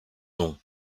nom